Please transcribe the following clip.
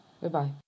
Goodbye